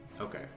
Okay